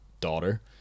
daughter